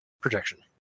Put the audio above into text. projection